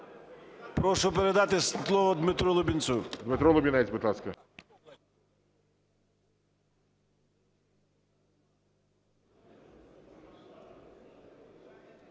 Прошу передати слово Дмитру Лубінцю. ГОЛОВУЮЧИЙ. Дмитро Лубінець, будь ласка.